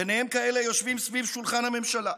ובהם כאלה יושבים סביב שולחן הממשלה,